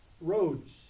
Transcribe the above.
Roads